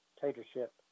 dictatorship